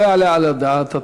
לא יעלה על הדעת,